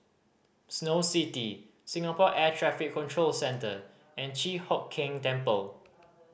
Snow City Singapore Air Traffic Control Centre and Chi Hock Keng Temple